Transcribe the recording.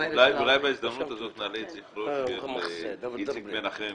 בהזדמנות הזאת נעלה את זכרו של איציק מנחם